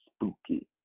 Spooky